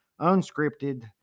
unscripted